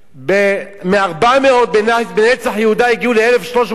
מ-400 ב"נצח יהודה" הגיעו ל-1,380,